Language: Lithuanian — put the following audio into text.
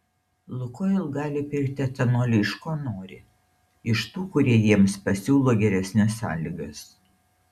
lukoil gali pirkti etanolį iš ko nori iš tų kurie jiems pasiūlo geresnes sąlygas